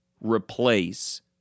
replace